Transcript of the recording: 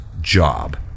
job